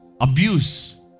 Abuse